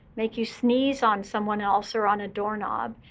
make you sneeze on someone else or on a doorknob,